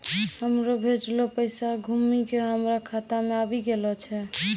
हमरो भेजलो पैसा घुमि के हमरे खाता मे आबि गेलो छै